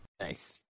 Nice